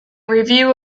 review